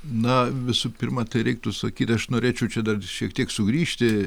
na visų pirma tai reiktų sakyti aš norėčiau čia dar šiek tiek sugrįžti